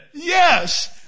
Yes